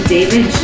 David